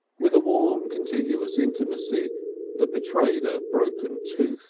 with a warm contiguous intimacy that betrayed a broken tooth